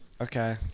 Okay